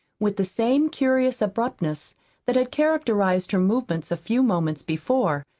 with the same curious abruptness that had characterized her movements a few moments before,